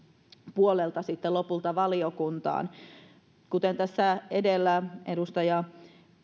puolelta sitten lopulta valiokuntaan kuten tässä edellä edustaja